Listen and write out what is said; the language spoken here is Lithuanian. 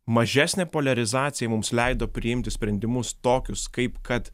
mažesnę poliarizaciją mums leido priimti sprendimus tokius kaip kad